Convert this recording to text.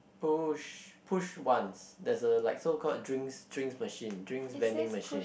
push push ones there's a like so called drinks drinks machine drinks vending machine